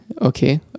okay